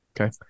Okay